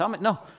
No